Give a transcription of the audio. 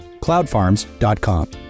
cloudfarms.com